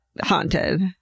haunted